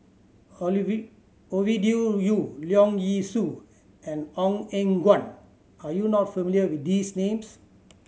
Ovidia Yu Leong Yee Soo and Ong Eng Guan are you not familiar with these names